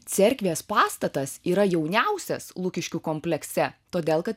cerkvės pastatas yra jauniausias lukiškių komplekse todėl kad